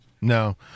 no